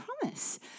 promise